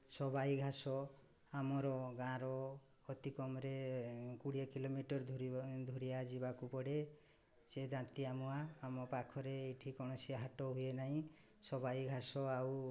ସବାଇ ଘାସ ଆମର ଗାଁର ଅତିକମ୍ରେ କୋଡ଼ିଏ କିଲୋମିଟର୍ ଦୂରିଆ ଯିବାକୁ ପଡ଼େ ସେ ଦାନ୍ତି ଆମ ଆମ ପାଖରେ ଏଠି କୌଣସି ହାଟ ହୁଏ ନାହିଁ ସବାଇ ଘାସ ଆଉ